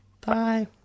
Bye